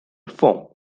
form